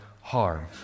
harm